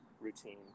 routine